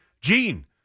Gene